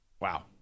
Wow